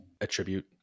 attribute